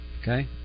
Okay